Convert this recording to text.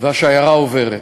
והשיירה עוברת.